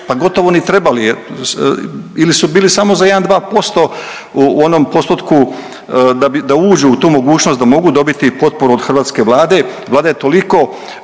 pa gotovo ni trebali jer, ili su bili samo za 1-2% u onom postotku da uđu u tu mogućnost da mogu dobiti potporu od hrvatske Vlade, Vlada je toliko